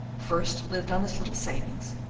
first lived on his little savings,